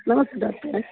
ನಮಸ್ತೆ ಡಾಕ್ಟ್ರೆ